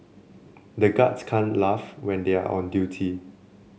the guards can't laugh when they are on duty